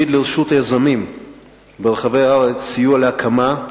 משרד התיירות העמיד לרשות היזמים ברחבי הארץ סיוע להקמה,